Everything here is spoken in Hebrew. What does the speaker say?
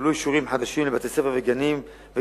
נתקבלו אישורים חדשים לבתי-ספר וגני-ילדים.